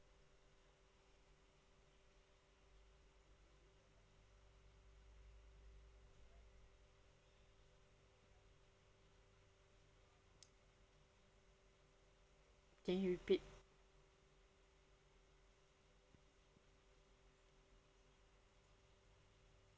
can you repeat